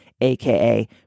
aka